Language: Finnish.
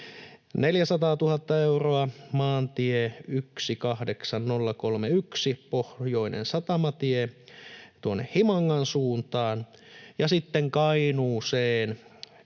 400 000 euroa maantie 18031:een, Pohjoiseen Satamatiehen, tuonne Himangan suuntaan. Sitten Kainuuseen